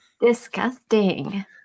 Disgusting